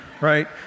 right